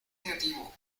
negativo